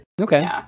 Okay